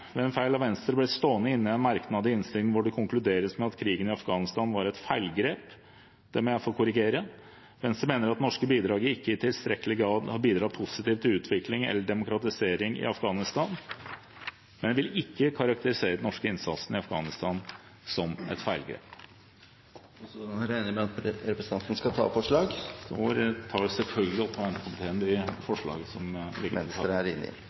Ved en feil har Venstre blitt stående inne i en merknad i innstillingen hvor det konkluderes med at krigen i Afghanistan var et feilgrep. Det må jeg få korrigere. Venstre mener at det norske bidraget ikke i tilstrekkelig grad har bidratt positivt til utvikling eller demokratisering i Afghanistan, men vil ikke karakterisere den norske innsatsen i Afghanistan som et feilgrep. Presidenten regner med at representanten vil ta opp forslag. Jeg tar selvfølgelig opp de forslagene der Venstre er medforslagsstiller. Representanten Ola Elvestuen har tatt opp de forslagene han refererte til. Det er